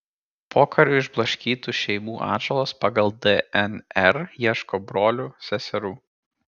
pokariu išblaškytų šeimų atžalos pagal dnr ieško brolių seserų